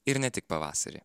ir ne tik pavasarį